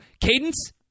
cadence